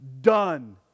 Done